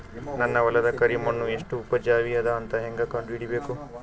ನನ್ನ ಹೊಲದ ಕರಿ ಮಣ್ಣು ಎಷ್ಟು ಉಪಜಾವಿ ಅದ ಅಂತ ಹೇಂಗ ಕಂಡ ಹಿಡಿಬೇಕು?